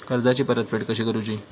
कर्जाची परतफेड कशी करुची?